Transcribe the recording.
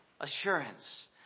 Assurance